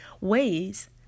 ways